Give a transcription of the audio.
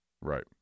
Right